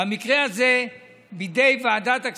במקרה הזה בידי ועדת הכספים,